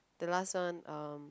the last one um